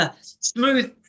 Smooth